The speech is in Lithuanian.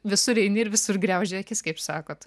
visur eini ir visur griaužia akis kaip sakot